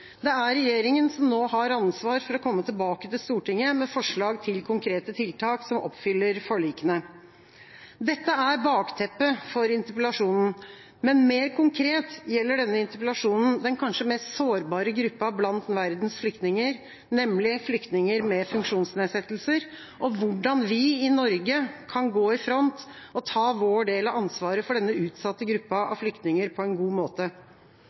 Det er regjeringa som nå har ansvar for å komme tilbake til Stortinget med forslag til konkrete tiltak som oppfyller forlikene. Dette er bakteppet for interpellasjonen. Men mer konkret gjelder denne interpellasjonen den kanskje mest sårbare gruppa blant verdens flyktninger, nemlig flyktninger med funksjonsnedsettelser, og hvordan vi i Norge kan gå i front og ta vår del av ansvaret for denne utsatte gruppa av flyktninger på en god måte.